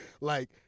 Like-